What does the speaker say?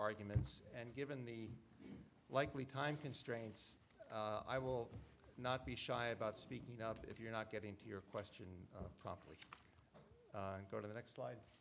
arguments and given the likely time constraints i will not be shy about speaking out if you're not getting to your question properly go to the next slide